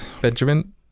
Benjamin